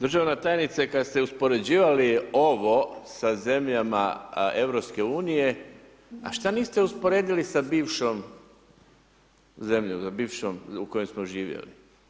Državna tajnice, kada ste uspoređivali ovo sa zemljama EU, šta niste usporedili sa bivšom zemljom, bivšom u kojoj smo živjeli.